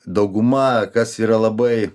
dauguma kas yra labai